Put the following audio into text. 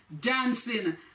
dancing